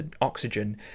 oxygen